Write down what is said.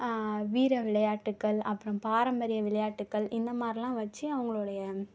வீர விளையாட்டுகள் அப்புறம் பாரம்பரிய விளையாட்டுகள் இந்தமாதிரிலாம் வச்சு அவுங்களுடய